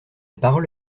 parole